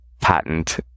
patent